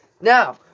Now